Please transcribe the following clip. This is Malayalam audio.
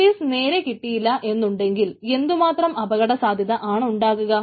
സർവീസ് നേരെ കിട്ടിയില്ല എന്നുണ്ടെങ്കിൽ എന്തു മാത്രം അപകട സാധ്യത ആണ് ഉണ്ടാകുക